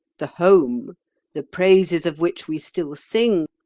the home' the praises of which we still sing,